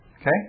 Okay